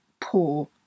poor